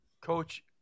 Coach